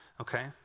Okay